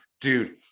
dude